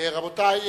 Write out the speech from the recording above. רבותי,